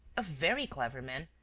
a very clever man.